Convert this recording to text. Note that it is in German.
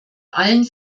allen